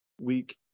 week